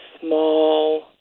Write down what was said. small